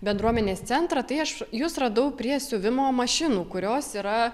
bendruomenės centrą tai aš jus radau prie siuvimo mašinų kurios yra